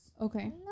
Okay